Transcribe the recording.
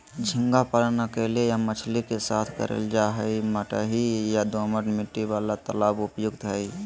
झींगा पालन अकेले या मछली के साथ करल जा हई, मटियाही या दोमट मिट्टी वाला तालाब उपयुक्त हई